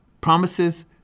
promises